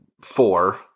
Four